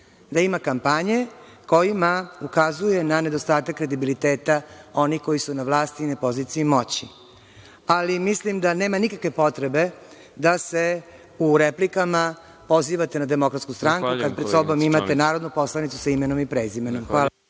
Da ima kampanje kojima ukazuje na nedostatak kredibiliteta oni koji su na vlasti i na poziciji moći. Ali mislim da nema nikakve potrebe da se u replikama pozivate na DS, kad pred sobom imate narodnu poslanicu sa imenom i prezimenom.